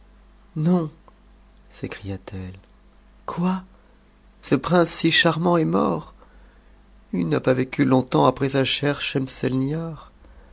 non sécria thc quoi ce prince si charmant est mort il n'a pas vécu longtemps t'ms sa